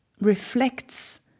reflects